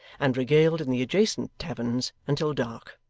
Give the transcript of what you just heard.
and regaled in the adjacent taverns until dark.